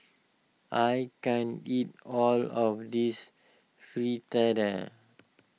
I can't eat all of this Fritada